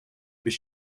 без